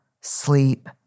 sleep